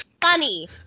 funny